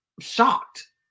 shocked